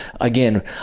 again